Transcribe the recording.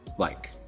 like.